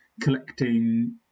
collecting